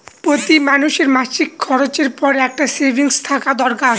প্রতি মানুষের মাসিক খরচের পর একটা সেভিংস থাকা দরকার